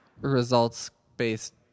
results-based